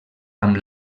amb